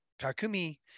Takumi